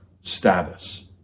status